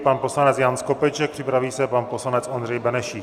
Pan poslanec Jan Skopeček, připraví se pan poslanec Ondřej Benešík.